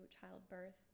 childbirth